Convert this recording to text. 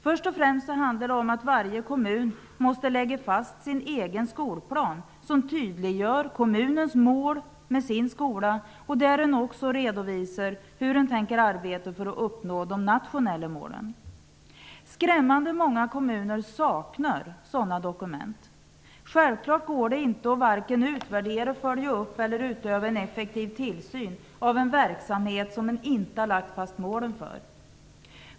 Först och främst handlar det om att varje kommun måste lägga fast sin egen skolplan, som tydliggör kommunens mål med sin skola och där man också redovisar hur man vill arbeta för att uppnå de nationella målen. Skrämmande många kommuner saknar sådana dokument. Självfallet går det inte att vare sig utvärdera, följa upp eller utöva en effektiv tillsyn av en verksamhet som man inte har lagt fast målen för.